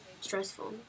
stressful